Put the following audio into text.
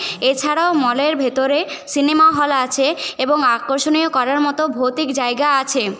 এছাড়াও মলের ভেতরে সিনেমা হল আছে এবং আকর্ষণীয় করার মতো ভৌতিক জায়গা আছে